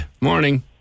Morning